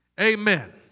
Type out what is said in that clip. Amen